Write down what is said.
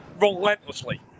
relentlessly